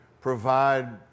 provide